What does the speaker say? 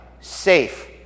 safe